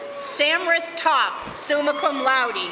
sam rithtop, summa cum laude,